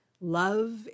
love